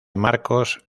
marcos